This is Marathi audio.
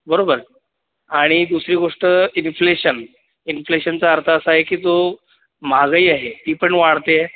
बरोबर आणि दुसरी गोष्ट इनफ्लेशन इनफ्लेशनचा अर्थ असा आहे की जो महागाई आहे ती पण वाढते आहे